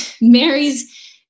Mary's